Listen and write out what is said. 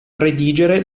redigere